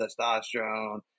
testosterone